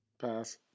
Pass